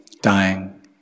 dying